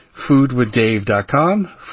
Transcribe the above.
foodwithdave.com